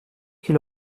qu’il